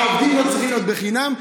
העובדים לא צריכים להיות חינם.